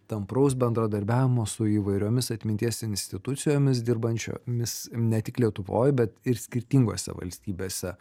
tampraus bendradarbiavimo su įvairiomis atminties institucijomis dirbančiomis ne tik lietuvoj bet ir skirtingose valstybėse